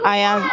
आइया